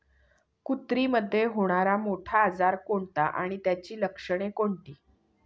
कुत्रीमध्ये होणारा मोठा आजार कोणता आणि त्याची लक्षणे कोणती?